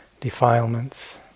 defilements